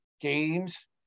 games